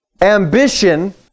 Ambition